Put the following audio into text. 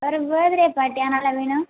ஒரு birthday party அதனால் வேணும்